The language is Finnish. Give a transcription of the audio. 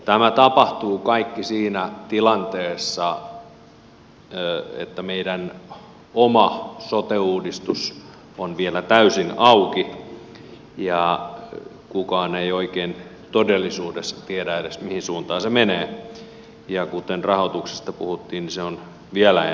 tämä kaikki tapahtuu siinä tilanteessa että meidän oma sote uudistus on vielä täysin auki ja kukaan ei oikein todellisuudessa tiedä edes mihin suuntaan se menee ja kuten rahoituksesta puhuttiin se on vielä enemmän auki